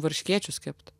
varškėčius kept